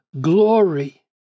glory